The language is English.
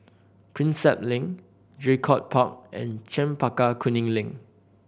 Prinsep Link Draycott Park and Chempaka Kuning Link